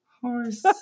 Horse